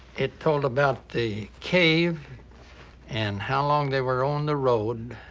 it told about the cave and how long they were on the road.